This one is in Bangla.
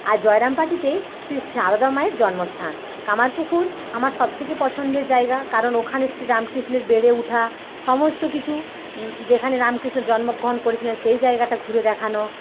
আর জয়রামবাটীতেই শ্রী সারদা মায়ের জন্মস্থান কামারপুকুর আমার সবথেকে পছন্দের জায়গা কারণ ওখানে শ্রীরামকৃষ্ণের বেড়ে ওঠা সমস্ত কিছু যেখানে রামকৃষ্ণ জন্মগ্রহন করেছিলেন সেই জায়গাটা ঘুরে দেখানো